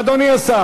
אדוני סגן